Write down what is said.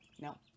No